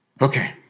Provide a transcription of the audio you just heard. Okay